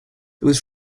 was